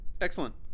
Excellent